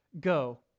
go